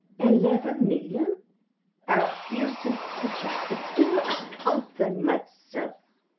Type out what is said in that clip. eleven million! i refuse to accept that until i count them myself.